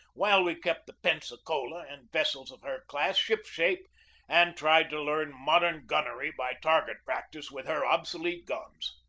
while we kept the pensacola and vessels of her class ship shape and tried to learn modern gunnery by target practice with her obsolete guns.